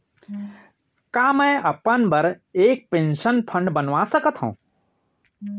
का मैं अपन बर एक पेंशन फण्ड बनवा सकत हो?